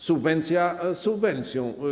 Subwencja subwencją.